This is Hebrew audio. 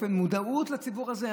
במודעות לציבור הזה.